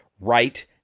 right